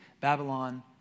Babylon